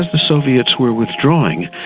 the soviets were withdrawing,